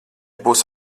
būs